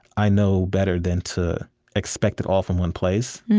i know better than to expect it all from one place,